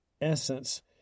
essence